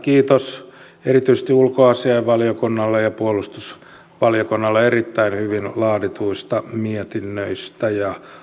kiitos erityisesti ulkoasiainvaliokunnalle ja puolustusvaliokunnalle erittäin hyvin laadituista mietinnöstä ja lausunnosta